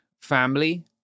family